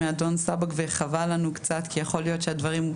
מאדון סבג וחבל לנו קצת כי יכול להיות שהדברים,